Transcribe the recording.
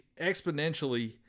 exponentially